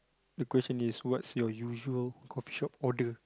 the question is what's your usual coffee shop order